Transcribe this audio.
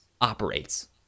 operates